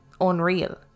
unreal